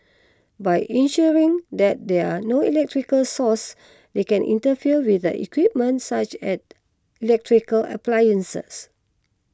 by ensuring that there are no electrical sources that can interfere with the equipment such as electrical appliances